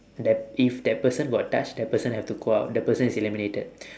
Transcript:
that if that person got touch that person have to go out that person is eliminated